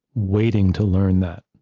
waiting to learn that?